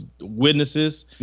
witnesses